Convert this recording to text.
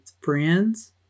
friends